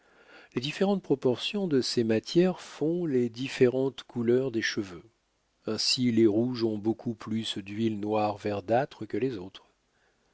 les différentes proportions de ces matières font les différentes couleurs des cheveux ainsi les rouges ont beaucoup plus d'huile noir verdâtre que les autres